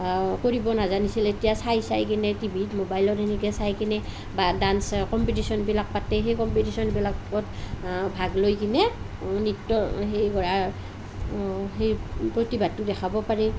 কৰিব নাজানিছিল এতিয়া চাই চাই কিনে টিভিত মোবাইলত এনেকৈ চাই কিনে বা ডান্স কমপিটিশ্যনবিলাক পাতে সেই কমপিটিশ্যনবিলাকত ভাগ লৈ কিনে নৃত্য হেৰি কৰে সেই প্ৰতিভাটো দেখাব পাৰে